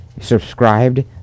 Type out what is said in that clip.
subscribed